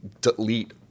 delete